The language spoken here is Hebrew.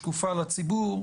שקופה לציבור,